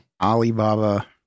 Alibaba